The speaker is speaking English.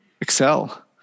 excel